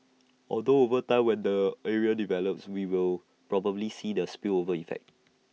although over time when the area develops we will probably see the spillover effect